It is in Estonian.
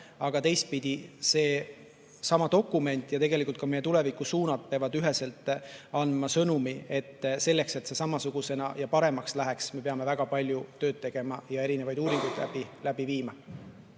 aga teistpidi seesama dokument ja tegelikult ka meie tulevikusuunad peavad üheselt andma sõnumi, et selleks, et seis samasugusena [püsiks] ja paremakski läheks, me peame väga palju tööd tegema ja erinevaid uuringuid läbi viima.